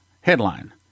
headline